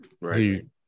right